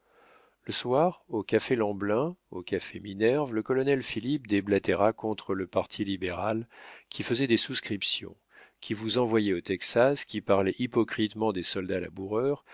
le soir au café lemblin au café minerve le colonel philippe déblatéra contre le parti libéral qui faisait des souscriptions qui vous envoyait au texas qui parlait hypocritement des soldats laboureurs